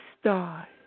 star